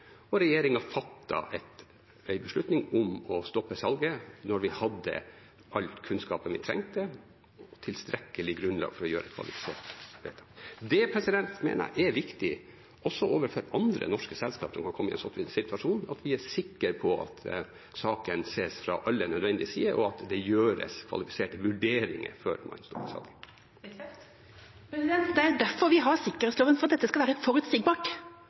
og regjeringen fattet en beslutning om å stoppe salget når vi hadde all kunnskapen vi trengte – et tilstrekkelig grunnlag for å gjøre et kvalifisert vedtak. Det mener jeg også er viktig overfor andre norske selskap om man kommer i en slik situasjon – at vi er sikre på at saken ses fra alle nødvendige sider, og at det gjøres kvalifiserte vurderinger før man gjør tiltak. Anniken Huitfeldt – til oppfølgingsspørsmål. Det er derfor vi har sikkerhetsloven – for at dette skal være forutsigbart.